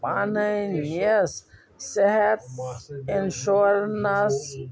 پننِس صحت اِنشوریٚنٕس